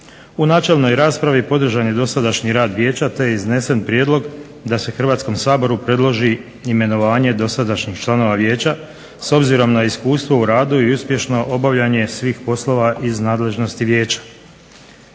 U načelnoj raspravi podržan je dosadašnji rad Vijeća te iznesen prijedlog da se Hrvatskom saboru predloži imenovanje dosadašnjih članova Vijeća s obzirom na iskustvo u radu i uspješno obavljanje svih poslova iz nadležnosti Vijeća.